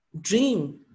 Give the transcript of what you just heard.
dream